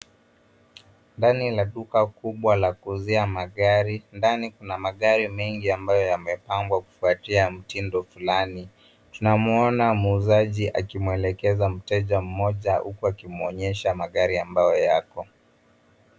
Ndani la duka kubwa la kuuzia magari. Ndani kuna magari mengi ambayo yamepangwa kufuatia mtindo fulani. Tunamwona muuzaji akimwelekeza mteja mmoja huku akimwonyesha magari ambayo yako.